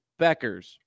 Beckers